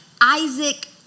Isaac